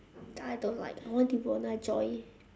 I don't like I want devona joy